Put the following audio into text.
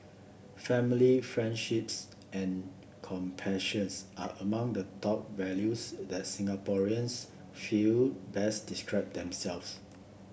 family friendships and compassion are among the top values that Singaporeans feel best describe themselves